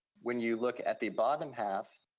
when you look at the bottom half,